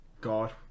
God